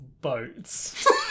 boats